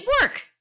work